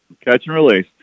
catch-and-release